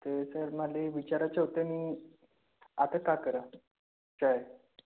sir माले विचाराचं होतं मी आता का करावं चय